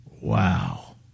Wow